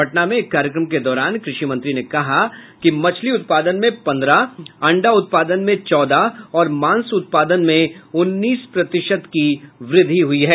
पटना में एक कार्यक्रम के दौरान कृषि मंत्री ने कहा कि मछली उत्पादन में पंद्रह अंडा उत्पादन में चौदह और मांस उत्पादन में उन्नीस प्रतिशत की वृद्धि हुयी है